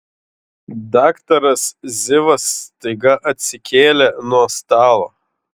daktaras zivas staiga atsikėlė nuo stalo